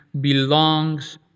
belongs